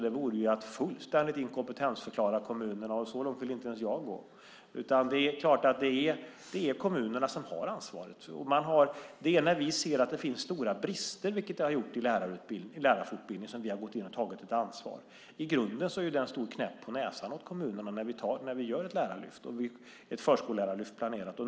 Det vore att fullständigt inkompetensförklara kommunerna, och så långt vill inte ens jag gå. Det är kommunerna som har ansvaret. När vi sett att det finns stora brister i lärarfortbildningen, vilket vi sett, har vi tagit ett ansvar. I grunden är det en stor knäpp på näsan åt kommunerna när vi gör ett lärarlyft och säger att ett förskollärarlyft är planerat.